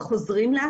וכמובן עקב בצד אגודת.